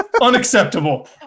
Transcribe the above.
Unacceptable